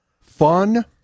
Fun